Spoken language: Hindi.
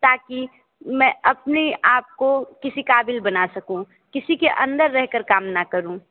ताकि मैं अपने आप को किसी क़ाबिल बना सकूँ किसी के अंदर रह कर काम ना करूँ